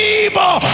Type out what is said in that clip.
evil